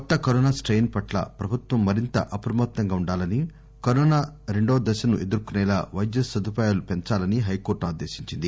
కొత్త corona strain పట్ల ప్రభుత్వం మరింత అప్రమత్తంగా ఉండాలని కరోనా రెండో దశను ఎదుర్కోనేలా వైద్య సదుపాయాలు పెంచాలని హైకోర్టు ఆదేశించింది